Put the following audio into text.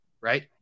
right